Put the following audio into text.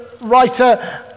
writer